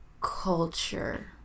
culture